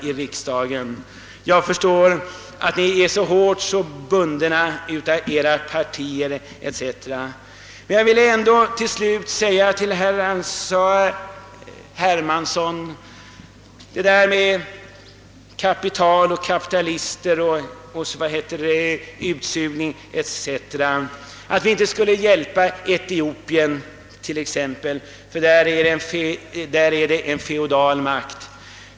Herr Hermansson talar för sin del om kapital, kapitalister och utsugning. Han menar att vi inte borde hjälpa t.ex. Etiopien, eftersom det är en feodal makt.